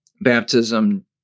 baptism